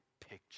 picture